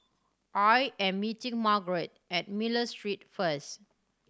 I am meeting Margrett at Miller Street first